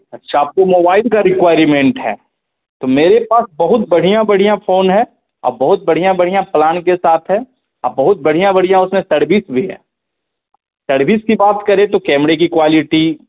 अच्छा आपको मोबाइल की रिक्वायरिमेंट है तो मेरे पास बहुत बढ़िया बढ़िया फ़ोन है और बहुत बढ़िया बढ़िया प्लान के साथ है और बहुत बढ़िया बढ़िया उसमें सर्विस भी है सर्विस की बात करें तो कैमरे की क्वालिटी